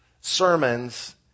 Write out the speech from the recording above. sermons